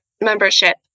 membership